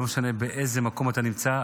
לא משנה באיזה מקום אתה נמצא,